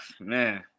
man